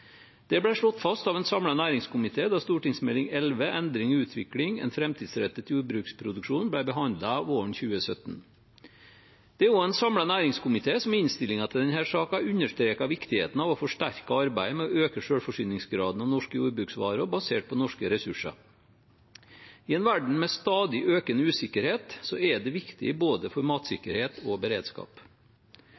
Det ble slått fast av en samlet næringskomité da Meld. St. 11 for 2016–2017, Endring og utvikling – en fremtidsrettet jordbruksproduksjon, ble behandlet våren 2017. Det er også en samlet næringskomité som i innstillingen til denne saken understreker viktigheten av å forsterke arbeidet med å øke selvforsyningsgraden av norske jordbruksvarer basert på norske ressurser. I en verden med stadig økende usikkerhet er det viktig for både